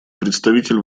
представитель